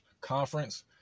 conference